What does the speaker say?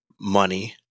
money